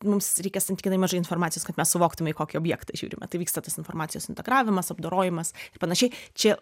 mums reikia santykinai mažai informacijos kad mes suvoktume į kokį objektą žiūrime tai vyksta tas informacijos integravimas apdorojimas ir panašiai čia